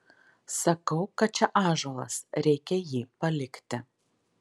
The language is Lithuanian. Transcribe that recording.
sakau kad čia ąžuolas reikia jį palikti